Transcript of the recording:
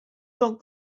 locked